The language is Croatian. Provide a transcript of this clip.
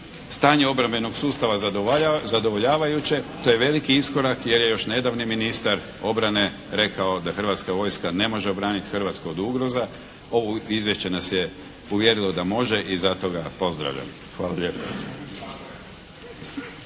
stanje obrambenog sustava zadovoljavajuće, to je veliki iskorak jer je još nedavni ministar obrane rekao da Hrvatska vojska ne može obraniti Hrvatsku od ugroza, ovo izvješće nas je uvjerilo da može i zato ga pozdravljam. Hvala lijepa.